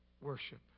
worship